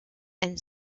and